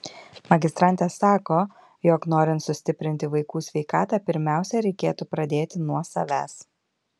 magistrantė sako jog norint sustiprinti vaikų sveikatą pirmiausia reikėtų pradėti nuo savęs